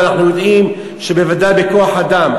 ואנחנו יודעים שבוודאי בכוח-אדם.